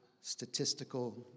statistical